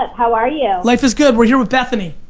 how are you? yeah life is good, we're here with bethenny.